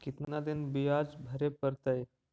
कितना दिन बियाज भरे परतैय?